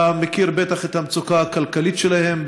אתה בטח מכיר את המצוקה הכלכלית שלהם,